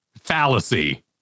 fallacy